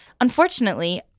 Unfortunately